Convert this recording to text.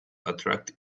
attract